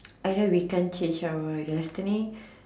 I know we can't change our destiny